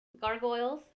Gargoyles